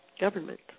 government